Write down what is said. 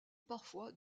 parfois